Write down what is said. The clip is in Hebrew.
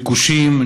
ביקושים,